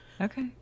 Okay